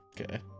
Okay